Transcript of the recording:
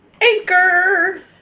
Anchor